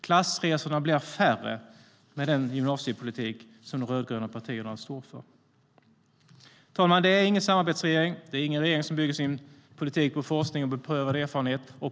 Klassresorna blir färre med den gymnasiepolitik som de rödgröna partierna står för. Herr talman! Det är ingen samarbetsregering. Det är ingen regering som bygger sin politik på forskning och beprövad erfarenhet.